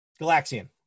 Galaxian